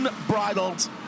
unbridled